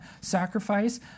sacrifice